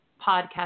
podcast